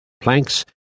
planks